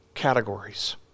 categories